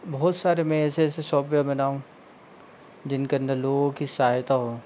बहुत सारे मैं ऐसे ऐसे सॉफ्वेर बनाऊँ जिनके अंदर लोगों की सहायता हो